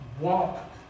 walk